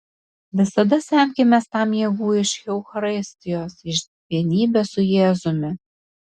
visada semkimės tam jėgų iš eucharistijos iš vienybės su jėzumi